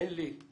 אין לי ילדים